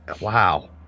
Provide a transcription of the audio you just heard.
Wow